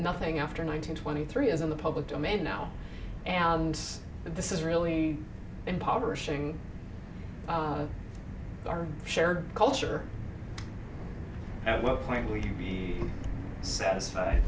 nothing after nineteen twenty three is in the public domain now and this is really impoverishing our shared culture at what point would you be satisfied